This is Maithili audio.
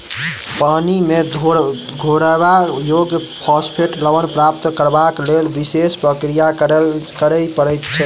पानि मे घोरयबा योग्य फास्फेट लवण प्राप्त करबाक लेल विशेष प्रक्रिया करय पड़ैत छै